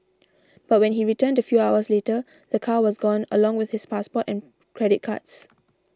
but when he returned a few hours later the car was gone along with his passport and credit cards